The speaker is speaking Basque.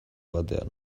batean